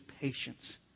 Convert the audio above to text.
patience